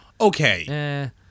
Okay